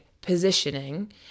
positioning